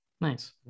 Nice